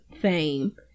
fame